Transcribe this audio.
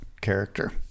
character